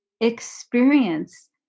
experience